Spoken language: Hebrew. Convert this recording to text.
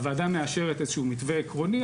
הוועדה מאשרת איזה שהוא מתווה עקרוני,